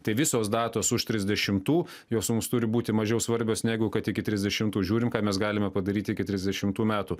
tai visos datos už trisdešimtų jos mums turi būti mažiau svarbios negu kad iki trisdešimtų žiūrim ką mes galime padaryti iki trisdešimtų metų